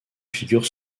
figure